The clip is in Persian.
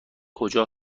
کجا